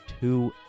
two